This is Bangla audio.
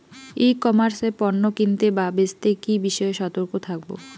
ই কমার্স এ পণ্য কিনতে বা বেচতে কি বিষয়ে সতর্ক থাকব?